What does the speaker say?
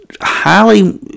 highly